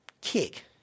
kick